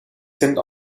sind